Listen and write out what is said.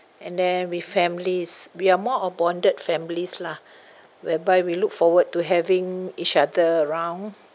and then with families we are more of bonded families lah whereby we look forward to having each other around